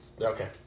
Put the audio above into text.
Okay